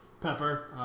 Pepper